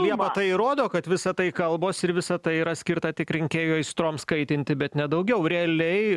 ieva tai įrodo kad visa tai kalbos ir visa tai yra skirta tik rinkėjų aistroms kaitinti bet nedaugiau realiai